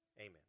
Amen